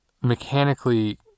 mechanically